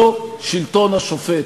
לא שלטון השופט,